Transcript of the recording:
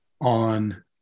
on